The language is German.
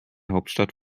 hauptstadt